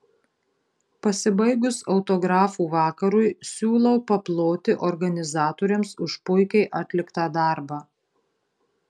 pasibaigus autografų vakarui siūlau paploti organizatoriams už puikiai atliktą darbą